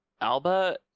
alba